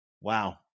wow